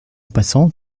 passant